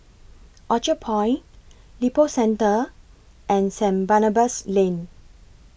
Orchard Point Lippo Centre and Saint Barnabas Lane